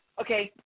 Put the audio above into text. Okay